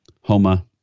Homa